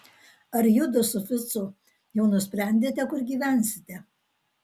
ar judu su ficu jau nusprendėte kur gyvensite